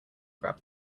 grab